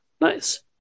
Nice